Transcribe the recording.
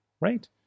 right